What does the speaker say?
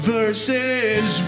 verses